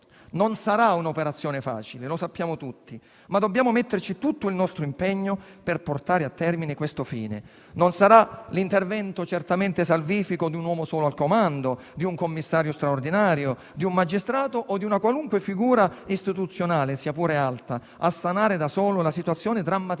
non sarà un'operazione facile, lo sappiamo tutti. Ma dobbiamo metterci tutto il nostro impegno per portare a termine questo fine; non sarà certamente l'intervento salvifico di un uomo solo al comando, di un commissario straordinario, di un magistrato o di una qualunque figura istituzionale, sia pure alta, a sanare, da solo, la situazione drammaticamente